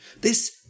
this